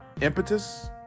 impetus